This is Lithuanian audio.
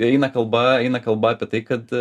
eina kalba eina kalba apie tai kad